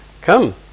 come